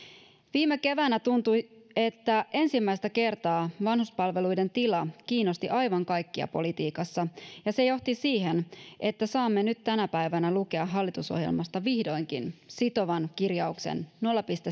viime keväänä tuntui että ensimmäistä kertaa vanhuspalveluiden tila kiinnosti aivan kaikkia politiikassa ja se johti siihen että saamme nyt vihdoinkin tänä päivänä lukea hallitusohjelmasta sitovan kirjauksen nolla pilkku